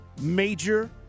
major